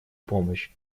помощь